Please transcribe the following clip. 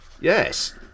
Yes